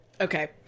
Okay